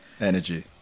Energy